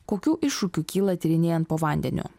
kokių iššūkių kyla tyrinėjant po vandeniu